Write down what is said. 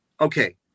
okay